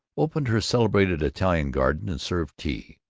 opened her celebrated italian garden and served tea.